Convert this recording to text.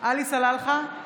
עלי סלאלחה,